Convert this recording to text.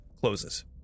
closes